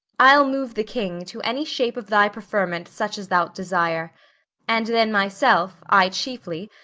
i'll move the king to any shape of thy preferment, such as thou'lt desire and then myself, i chiefly,